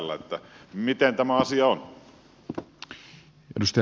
miten tämä asia on